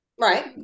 right